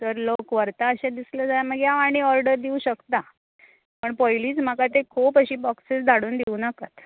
जर लोक व्हरतां अशे दिसलें जाल्यार मागीर हांव आनी ओडर दिवं शकता पूण पयलीच म्हाका अशी ती खूब अशीं बॉक्सिस धाडून दिवं नाकात